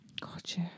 Gotcha